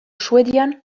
suedian